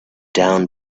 down